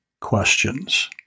questions